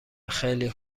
خیلی